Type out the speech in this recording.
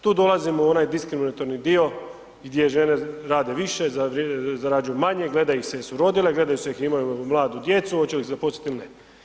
Tu dolazimo u onaj diskriminatorni dio gdje žene rade više, zarađuju manje, gleda ih se jesu rodile, gleda ih jel imaju mladu djecu, hoće li ih zaposliti ili ne.